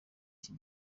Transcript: iki